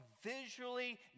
Visually